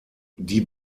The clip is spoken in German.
die